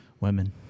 Women